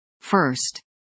first